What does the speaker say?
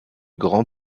grand